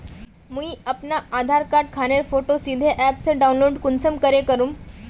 मुई अपना आधार कार्ड खानेर फोटो सीधे ऐप से डाउनलोड कुंसम करे करूम?